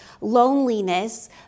loneliness